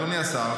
אדוני השר,